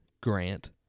Grant